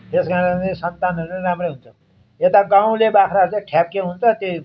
त्यस कारणले सन्तानहरू राम्रै हुन्छ यता गाउँले बाख्राहरू चाहिँ ठ्याप्के हुन्छ त्यही